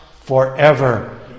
forever